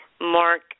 mark